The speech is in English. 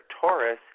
Taurus